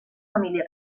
família